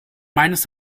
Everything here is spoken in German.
meines